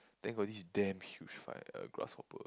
then got this damn huge fight uh grasshopper